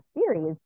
series